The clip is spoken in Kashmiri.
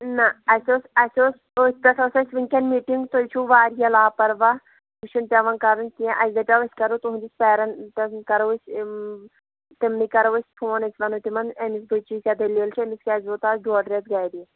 نہَ اَسہِ اوس اَسہِ اوس أتھۍ پٮ۪ٹھ ٲس اَسہِ وُنکٮ۪ن میٖٹِنٛگ تُہۍ چھُو واریاہ لاپَرواہ یہِ چھُنہٕ پٮ۪وان کَرُن کیٚنٛہہ اَسہِ دپیٛاو أسۍ کَرو تُہٕنٛدِس پیرَنٛٹَن کَرو أسۍ تِمنٕے کَرو أسۍ فون أسۍ وَنو تِمن أمِس بٔچی کیٛاہ دٔلیٖل چھِ أمِس کیٛازِ ووت اَز ڈۄڈ رٮ۪تھ گَری